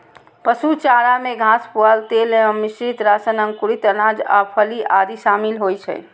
पशु चारा मे घास, पुआर, तेल एवं मिश्रित राशन, अंकुरित अनाज आ फली आदि शामिल होइ छै